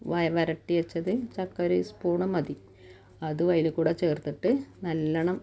വരട്ടി വെച്ചത് ചക്ക ഒരു സ്പൂണ് മതി അത് അതിൽ കൂടെ ചേർത്തിട്ട് നല്ലവണ്ണം